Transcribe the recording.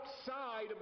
outside